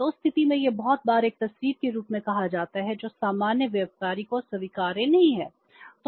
तो उस स्थिति में यह बहुत बार एक तस्वीर के रूप में कहा जाता है जो सामान्य व्यापारी को स्वीकार्य नहीं है